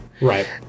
Right